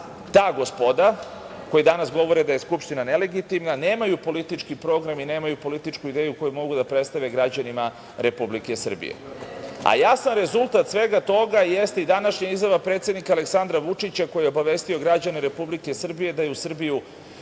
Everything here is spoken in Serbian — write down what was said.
ta gospoda, koja danas govori da je Skupština nelegitimna, nema politički program i nema političku ideju koju mogu da predstave građanima Republike Srbije. Jasan rezultat svega toga jeste i današnja izjava predsednika Aleksandra Vučića, koji je obavestio građane Republike Srbije da je u Srbiju